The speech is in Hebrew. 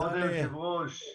קודם כל,